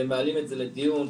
ומעלה את זה לדיון.